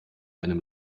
einem